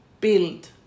build